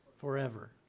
forever